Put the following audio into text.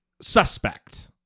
suspect